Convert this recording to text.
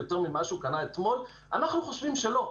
יותר ממה שהוא קנה אתמול?! אנחנו חושבים שלא.